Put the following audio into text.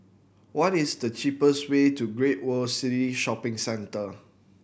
what is the cheapest way to Great World City Shopping Centre